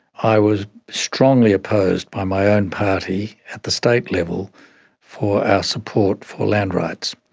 i was strongly opposed by my own party at the state level for our support for land rights.